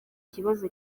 kibazo